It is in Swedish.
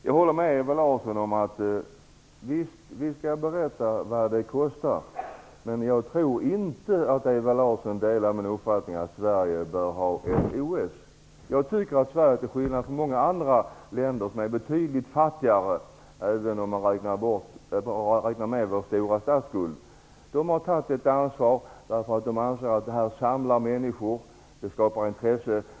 Jag håller med Ewa Larsson om att man skall berätta vad detta kostar, men jag tror inte att Ewa Larsson delar min uppfattning om att Sverige bör ha ett OS. Många andra länder som är betydligt fattigare än Sverige, även om man räknar med vår stora statsskuld, har tagit ett ansvar. De anser att sådant här samlar människor och skapar intresse.